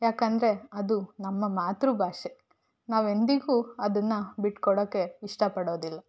ಯಾಕಂದರೆ ಅದು ನಮ್ಮ ಮಾತೃಭಾಷೆ ನಾವೆಂದಿಗೂ ಅದನ್ನು ಬಿಟ್ಕೊಡಕ್ಕೆ ಇಷ್ಟಪಡೊದಿಲ್ಲ